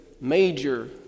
major